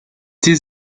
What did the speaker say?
this